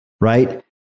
right